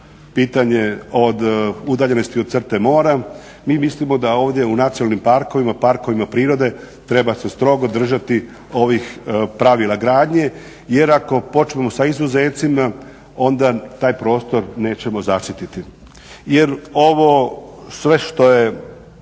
pitanje od udaljenosti crte mora. Mi mislimo da ovdje u nacionalnim parkovima, parkovima prirode treba se strogo držati ovih pravila gradnje. Jer ako počnemo sa izuzecima onda taj prostor nećemo zaštiti, jer ovo sve što je